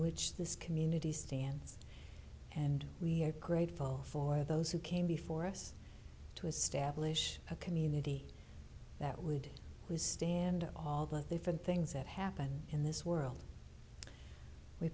which this community stands and we are grateful for those who came before us to establish a community that would withstand all the different things that happen in this world we